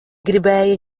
gribēja